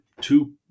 two